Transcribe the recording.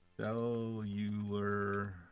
Cellular